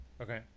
Okay